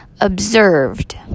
Observed